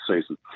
season